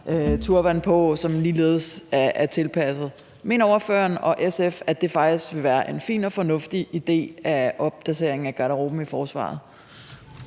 turban på, som ligeledes er tilpasset? Mener ordføreren og SF, at det faktisk vil være en fin og fornuftig idé med opdatering af garderoben i Forsvaret?